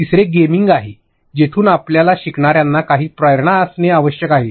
तिसरे गेमिंग आहे जेथून आपल्या शिकणाऱ्यांना काही प्रेरणा असणे आवश्यक आहे